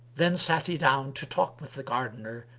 then sat he down to talk with the gardener,